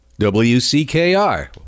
WCKR